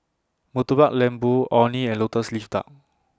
Murtabak Lembu Orh Nee and Lotus Leaf Duck